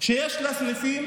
שיש לה סניפים